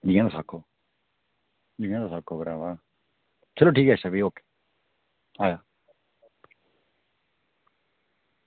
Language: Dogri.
जियां तुस ऐआक्खो जियां तुस आक्खो भ्रावा चलो अच्छा भी ओके आया